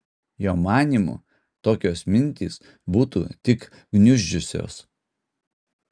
jo manymu tokios mintys būtų tik gniuždžiusios